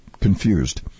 confused